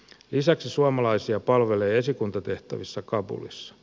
lisäksi suomalaisia palvelee esikuntatehtävissä kabulissa